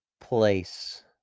place